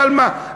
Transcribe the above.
אבל מה,